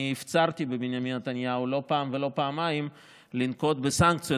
אני הפצרתי בבנימין נתניהו לא פעם ולא פעמיים לנקוט סנקציות